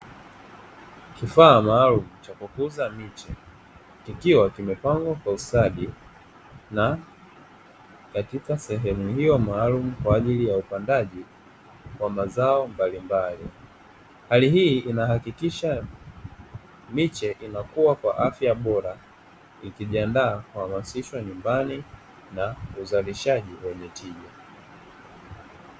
Kifaa maalumu cha kukuza miche kikiwa kimepangwa kwa ustadi, na katika sehemu hiyo maalumu kwa ajili ya upandaaji wa mazao mbalimbali. Hali hii inahakikisha miche inakua kwa afya bora ikijiandaa kuhamasisha nyumbani na uzalishaji wenye tija.